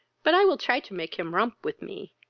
but i will try to make him romp with me,